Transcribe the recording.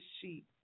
sheep